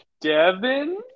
Devin